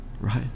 right